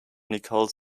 nicole